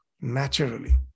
naturally